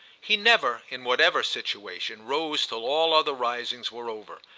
he never, in whatever situation, rose till all other risings were over,